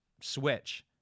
switch